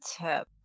tip